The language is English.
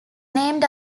named